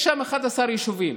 יש שם 11 יישובים.